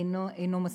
אינם מספיקים,